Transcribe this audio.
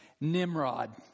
Nimrod